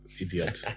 idiot